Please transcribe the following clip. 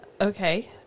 okay